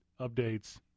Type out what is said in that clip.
Updates